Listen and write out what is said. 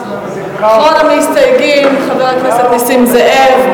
אחרון המסתייגים הוא חבר הכנסת נסים זאב.